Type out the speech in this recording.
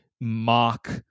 mock